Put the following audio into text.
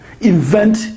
invent